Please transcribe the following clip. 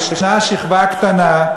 יש שכבה קטנה,